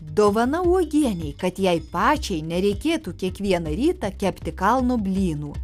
dovana uogienei kad jai pačiai nereikėtų kiekvieną rytą kepti kalno blynų